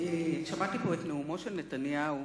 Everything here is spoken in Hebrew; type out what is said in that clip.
שמעתי פה את נאומו של נתניהו,